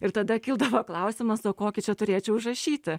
ir tada kildavo klausimas o kokį čia turėčiau užrašyti